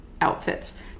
outfits